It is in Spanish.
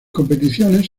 competiciones